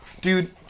Dude